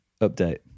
update